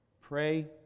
Pray